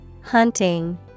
Hunting